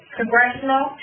congressional